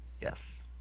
Yes